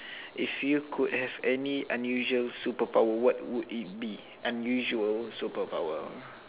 if you could have any unusual superpower what would it be unusual superpower